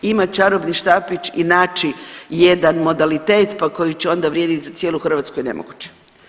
Ima čarobni štapić i naći jedan modalitet pa koji će onda vrijediti za cijelu Hrvatsku je nemoguće.